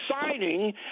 signing